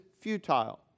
futile